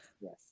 yes